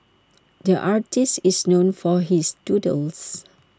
the artist is known for his doodles